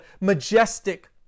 majestic